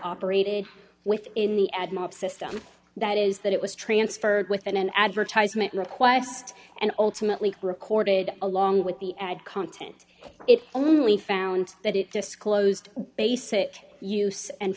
operated within the ad mob system that is that it was transferred with an advertisement request and ultimately recorded along with the ad content it only found that it disclosed basic use and